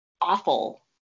awful